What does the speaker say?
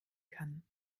kann